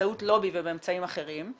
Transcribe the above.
באמצעות לובי ובאמצעים אחרים,